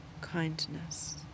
kindness